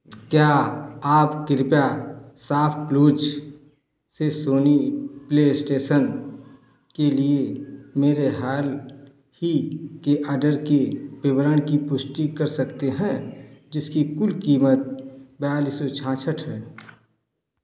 क्या आप कृपया शॉपक्लूज़ से सोनी प्लेस्टेशन के लिए मेरे हाल ही के ऑर्डर के विवरण की पुष्टि कर सकते हैं जिसकी कुल कीमत बियालीस सौ सड़सठ है